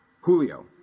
Julio